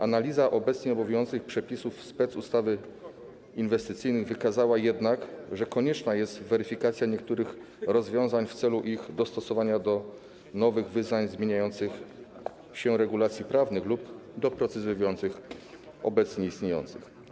Analiza obecnie obowiązujących przepisów specustaw inwestycyjnych wykazała jednak, że konieczna jest weryfikacja niektórych rozwiązań w celu dostosowania ich do nowych wyzwań, zmieniających się regulacji prawnych lub doprecyzowania obecnie istniejących.